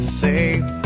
safe